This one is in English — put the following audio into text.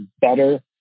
better